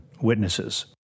witnesses